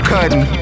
Cutting